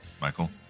Michael